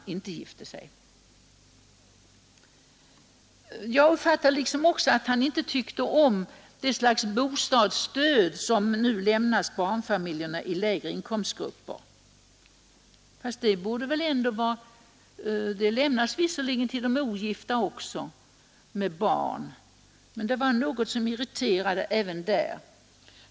Jag uppfattade det också som om han inte tyckte om det bostadsstöd som nu lämnas barnfamiljer i lägre inkomstgrupper. Detta stöd lämnas väl även till ogifta med barn. Men det var någonting som irriterade herr Burenstam Linder även på denna punkt.